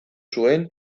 zuen